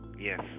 Yes